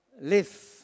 live